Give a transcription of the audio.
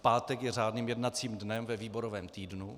Pátek je řádným jednacím dnem ve výborovém týdnu.